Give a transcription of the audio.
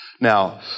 Now